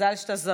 מזל שאתה זריז.